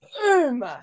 boom